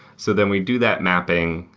so then we do that mapping,